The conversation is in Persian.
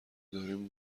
داریم